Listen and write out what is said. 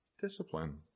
discipline